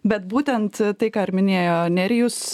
bet būtent tai ką ir minėjo nerijus